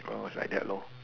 it's like that loh